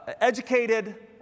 educated